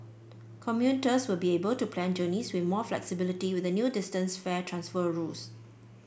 commuters will be able to plan journeys with more flexibility with the new distance fare transfer rules